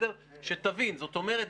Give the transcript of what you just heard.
זאת אומרת,